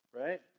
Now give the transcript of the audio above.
right